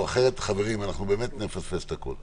אחרת נפספס את הכול,